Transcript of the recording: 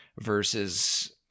versus